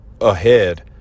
ahead